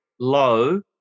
low